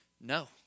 no